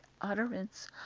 utterance